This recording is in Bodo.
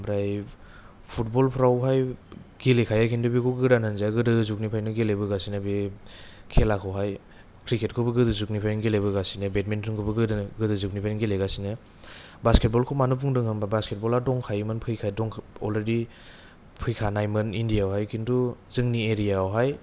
ओमफ्राय फुटबलफ्रावहाय गेलेखायो खिन्थु बेखौ गोदान होनाजाया गोदो जुगनिफ्रायनो गेलेबोगासिनो बे खेलाखौहाय क्रिकेटखौबो गोदो जुगनिफ्रायनो गेलेबोगासिनो बेदमिनटनखौबो गोदो गोदो जुगनिफ्रायनो गेलेगासिनो बासकेट बलखौ मानो बुंदों होनब्ला बासकेट बला दंखायोमोन फैखा दंख अलरेडि फैखानायमोन इण्डियाव हाय खिन्थु जोंनि एरियावहाय